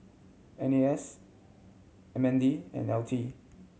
N A S M N D and L T